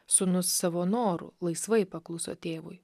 sūnus savo noru laisvai pakluso tėvui